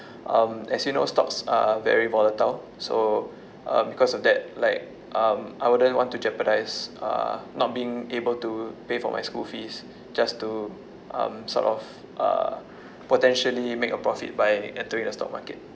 um as you know stocks are very volatile so uh because of that like um I wouldn't want to jeopardise uh not being able to pay for my school fees just to um sort of uh potentially make a profit by entering the stock market